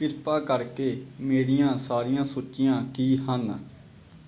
ਕਿਰਪਾ ਕਰਕੇ ਮੇਰੀਆਂ ਸਾਰੀਆਂ ਸੂਚੀਆਂ ਕੀ ਹਨ